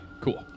cool